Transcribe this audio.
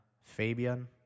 Fabian